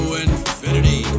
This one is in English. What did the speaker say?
infinity